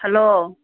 hello